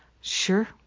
sure